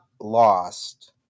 lost